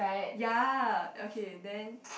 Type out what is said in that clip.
ya okay then